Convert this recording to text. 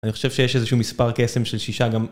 אני חושב שיש איזשהו מספר קסם של שישה גם...